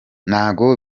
ngo